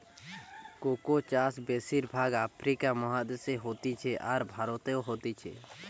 cocoa চাষ বেশির ভাগ আফ্রিকা মহাদেশে হতিছে, আর ভারতেও হতিছে